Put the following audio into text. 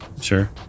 Sure